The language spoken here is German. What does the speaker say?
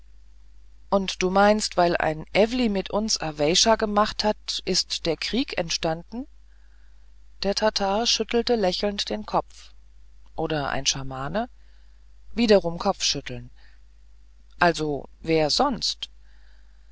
und du meinst weil ein ewli mit uns aweysha gemacht hat ist der krieg entstanden der tatar schüttelte lächelnd den kopf oder ein schamane wiederum kopfschütteln also wer sonst